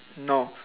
no